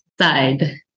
side